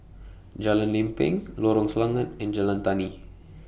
Jalan Lempeng Lorong Selangat and Jalan Tani